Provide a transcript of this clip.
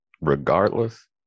regardless